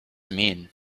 mean